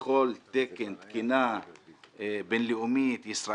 בכל תקן, תקינה, בין-לאומית, ישראלית,